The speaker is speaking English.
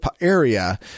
area